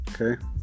Okay